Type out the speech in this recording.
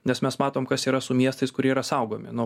nes mes matom kas yra su miestais kurie yra saugomi nuo